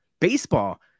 Baseball